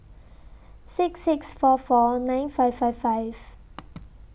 six six four four nine five five five